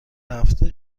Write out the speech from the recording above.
هفته